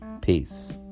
Peace